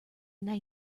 nice